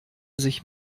sich